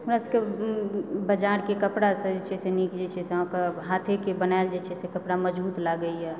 हमरा सबकेँ बजारके कपड़ासंँ जे छै से नीक जे छै से अहाँकेँ हाथे से बनाएल जे छै से कपड़ा मजबूत लागइए